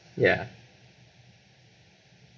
ya